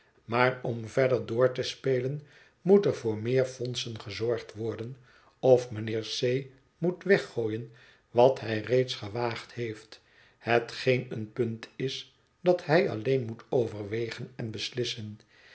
maar om verder door te spelen moet er voor meer fondsen gezorgd worden of mijnheer c moet weggooien wat hij reeds gewaagd heeft hetgeen een punt is dat hij alleen moet overwegen en beslissen